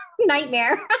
nightmare